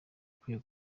akwiye